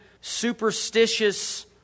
superstitious